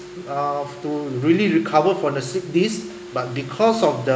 I have to really recover from the slipped disc but because of the